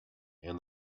and